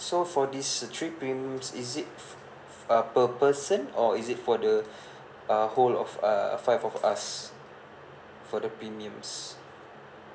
so for this uh trip premium is it uh per person or is it for the uh whole of uh five of us for the premiums